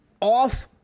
off